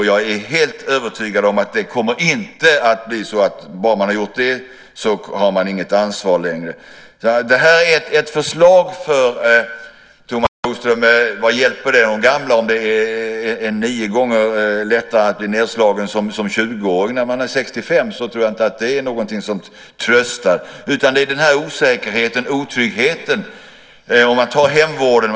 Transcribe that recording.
Jag är helt övertygad om att det inte kommer att bli så att man inte har något ansvar längre bara man har gjort det. Det här är ett förslag, för Thomas Bodström. Vad hjälper det de gamla om det är nio gånger lättare att bli nedslagen som tjugoåring? När man är 65 tror jag inte att det är någonting som tröstar. Det här gäller osäkerheten och otryggheten. Ett exempel är hemvården.